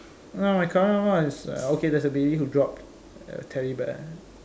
oh my current one is oh okay there's a baby who dropped a teddy bear